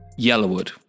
Yellowwood